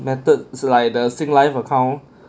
method like the Singlife account